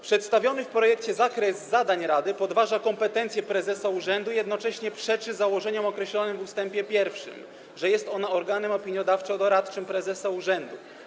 Przedstawiony w projekcie zakres zadań rady podważa kompetencje prezesa urzędu i jednocześnie przeczy założeniom określonym w ust. 1, że jest ona organem opiniodawczo-doradczym prezesa urzędu.